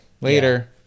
Later